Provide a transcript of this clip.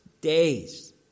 days